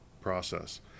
process